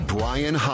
Brian